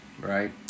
right